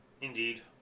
Indeed